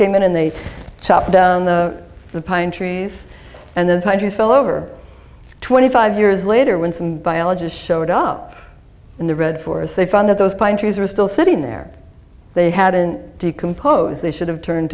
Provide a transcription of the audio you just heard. came in and they chopped down the the pine trees and the pine trees fell over twenty five years later when some biologists showed up in the red for us they found that those pine trees are still sitting there they hadn't decompose they should have turned